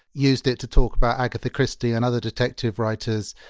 used it to talk about agatha christie and other detective writers,